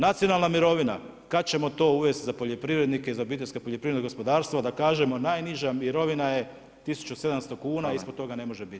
Nacionalna mirovina kad ćemo to uvesti za poljoprivrednike i za obiteljsko poljoprivredno gospodarstvo, da kažemo najniža mirovina je 1700 kuna, ispod toga ne može bit.